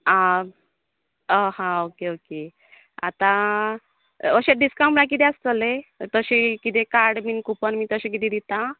आं अहा okay okay आतां अशें डिस्काऊंट किदें आसतलें तशी किदें काड बी कूपन बी तशें किदें दितां